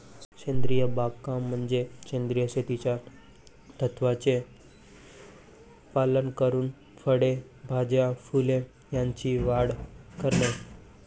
सेंद्रिय बागकाम म्हणजे सेंद्रिय शेतीच्या तत्त्वांचे पालन करून फळे, भाज्या, फुले यांची वाढ करणे